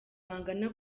bangana